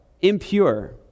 impure